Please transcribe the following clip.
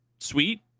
Sweet